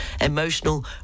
emotional